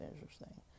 interesting